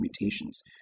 mutations